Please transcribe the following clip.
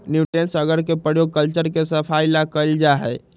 nutrients अगर के प्रयोग कल्चर के सफाई ला कइल जाहई